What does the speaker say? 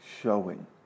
showing